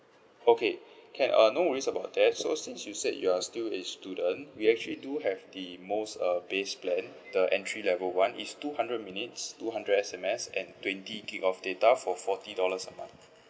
okay can uh no worries about that so since you said you are still a student we actually do have the most uh base plan the entry level one it's two hundred minutes two hundred S_M_S and twenty gigabyte of data for forty dollars a month